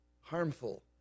harmful